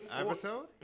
Episode